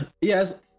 Yes